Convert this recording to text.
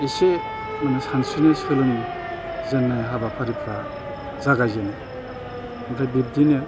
एसे माने सानस्रिनो सोलोंजेननाय हाबाफारिफ्रा जागायजेनो ओमफ्राय बिब्दिनो